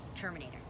Terminator